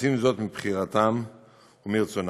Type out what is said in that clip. עושים זאת מבחירתם ומרצונם.